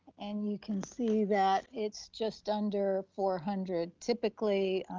and you can see that it's just under four hundred, typically,